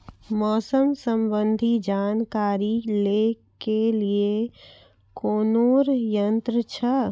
मौसम संबंधी जानकारी ले के लिए कोनोर यन्त्र छ?